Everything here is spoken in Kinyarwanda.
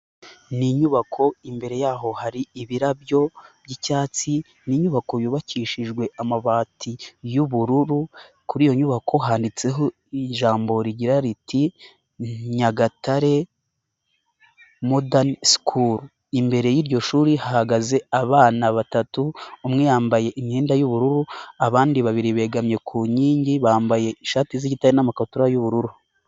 Ni inyubako imbere yaho hari ibirabyo by'icyatsi, ni inyubako yubakishijwe amabati y'ubururu kuri iyo nyubako handitseho ijambo rigira riti Nyagatare modern school, imbere y'iryo shuri hahagaze abana batatu, umwe yambaye imyenda y'ubururu abandi babiri begamiye ku nkingi, bambaye ishati z'igitare n'amakatura y'ubururu.